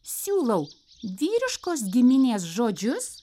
siūlau vyriškos giminės žodžius